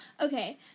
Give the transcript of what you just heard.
Okay